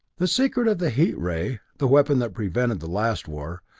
the secret of the heat ray, the weapon that prevented the last war,